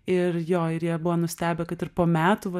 ir jo ir jie buvo nustebę kad ir po metų va